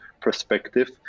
perspective